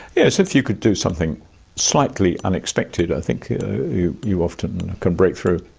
yes. if you can do something slightly unexpected i think you often can break through.